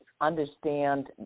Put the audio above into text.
understand